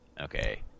okay